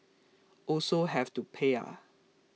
also have to pay ah